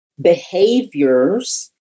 behaviors